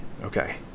okay